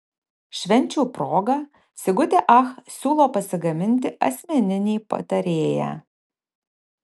švenčių proga sigutė ach siūlo pasigaminti asmeninį patarėją